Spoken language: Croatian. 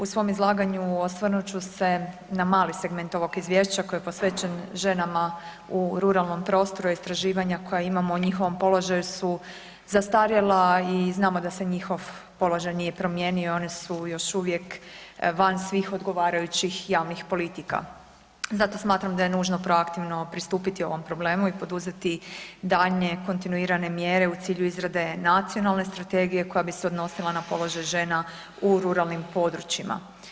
U svom izlaganju osvrnut ću se na mali segment ovog izvješća koji je posvećen ženama u ruralnom prostoru, a istraživanja koja imamo o njihovom položaju su zastarjela i znamo da se njihov položaj nije promijenio, one su …… još uvijek van svih odgovarajućih javnih politika zato smatram da je nužno proaktivno pristupiti ovom problem i poduzeti daljnje kontinuirane mjere u cilju izrade nacionalne strategije koja bi se odnosila na položaj žena u ruralnim područjima.